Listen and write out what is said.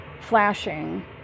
flashing